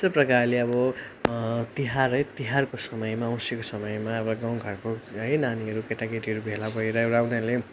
त्यस्तै प्रकारले अब तिहार है तिहारको समयमा औँसीको समयमा अब गाउँघरको है नानीहरू केटाकेटीहरू भेला भएर एउटा उनीहरूले